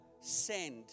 send